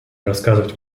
рассказывать